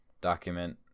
Document